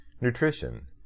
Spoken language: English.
Nutrition